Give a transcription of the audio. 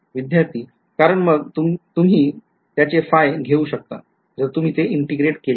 विधार्थी कारण मग तुम्ही त्याचे phi घेऊ शकता जर तुम्ही ते integrate केले तर